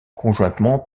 conjointement